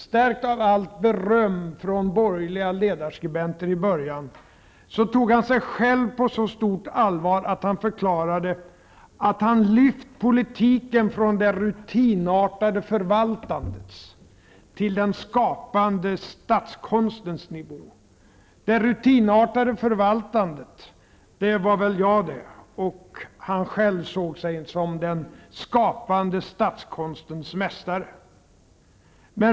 Stärkt av allt beröm från borgerliga ledarskribenter i början tog han sig själv på så stort allvar att han förklarade att han lyft politiken från det rutinartade förvaltandet till den skapande statskonstens nivå. Det rutinartade förvaltandet ansågs väl jag ägna mig åt, och han själv såg sig som den skapande statskonstens mästare.